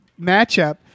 matchup